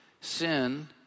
sin